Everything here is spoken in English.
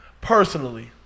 Personally